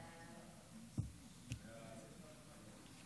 (הארכת מעצר לחשוד בעבירת ביטחון),